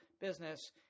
business